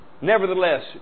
nevertheless